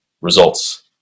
results